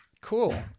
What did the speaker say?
cool